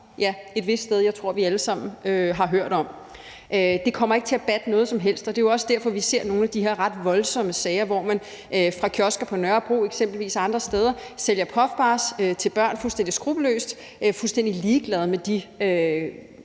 et vist sted, som jeg tror vi alle sammen har hørt om. Det kommer ikke til at batte noget som helst, og det er jo også derfor, vi ser nogle af de her ret voldsomme sager, hvor man fra kiosker på Nørrebro eksempelvis og andre steder sælger Puff Bars til børn – fuldstændig skruppelløst; man er fuldstændig ligeglad med de